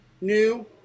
new